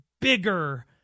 bigger